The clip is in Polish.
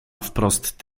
wprost